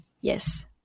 Yes